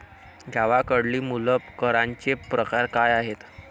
गावाकडली मुले करांचे प्रकार काय आहेत?